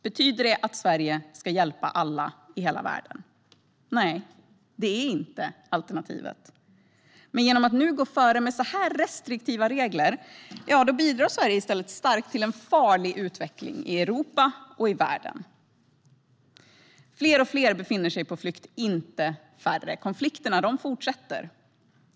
Betyder det att Sverige ska hjälpa alla i hela världen? Nej, det är inte alternativet. Men genom att gå före med så här restriktiva regler bidrar Sverige i stället starkt till en farlig utveckling i Europa och i världen. Fler och fler befinner sig på flykt, inte färre. Konflikterna fortsätter.